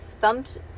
thumped